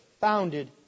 founded